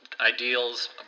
ideals